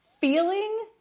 feeling